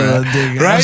right